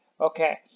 Okay